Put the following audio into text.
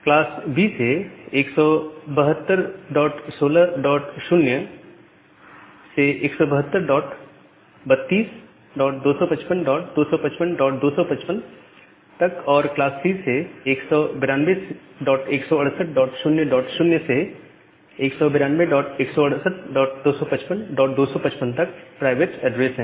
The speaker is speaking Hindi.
क्लास B से 1721600 से 17232255255 तक और क्लास C से 19216800 से 192168255255 तक प्राइवेट एड्रेस है